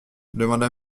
demanda